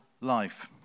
life